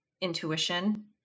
intuition